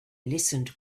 listened